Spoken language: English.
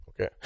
Okay